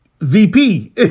VP